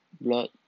blood